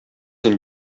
and